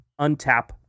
untap